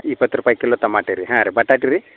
ಇಪ್ಪತ್ತು ರೂಪಾಯಿ ಕಿಲೋ ತಮಾಟೆ ರೀ ಹಾಂ ರೀ ಬಟಾಟಿ ರೀ